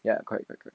ya correct correct